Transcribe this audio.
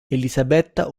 elisabetta